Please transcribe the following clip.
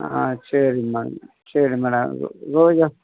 ஆ சரிம்மா சரி மேடம் ரோஜா